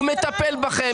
הוא מטפל בכם.